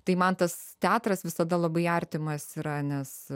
tai man tas teatras visada labai artimas yra nes